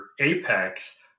apex